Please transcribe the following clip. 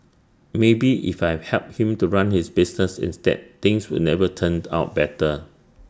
maybe if I helped him to run his business instead things would never turned out better